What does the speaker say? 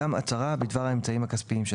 גם הצהרה בדבר האמצעים הכספיים שלו,